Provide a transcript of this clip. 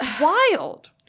wild